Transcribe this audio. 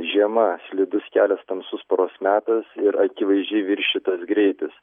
žiema slidus kelias tamsus paros metas ir akivaizdžiai viršytas greitis